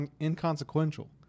inconsequential